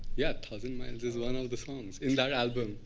yeah, thousand miles is one of the songs. it's their album.